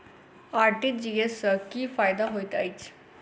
RTGS सँ की फायदा होइत अछि?